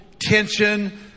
tension